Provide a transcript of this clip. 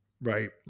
right